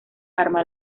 arma